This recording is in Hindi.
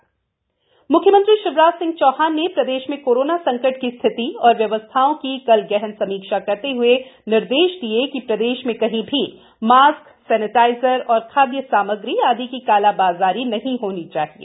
राशन कालाबाजारी म्ख्यमंत्री शिवराज सिंह चौहान ने प्रदेश में कोरोना संकट की स्थिति एवं व्यवस्थाओं की कल गहन समीक्षा करते हए निर्देश दिए कि प्रदेश में कहीं भी मास्क सैनिटाइजर और खाद्य सामग्री आदि की कालाबाजारी नहीं होनी चाहिए